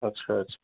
अच्छा अच्छा